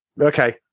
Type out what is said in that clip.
Okay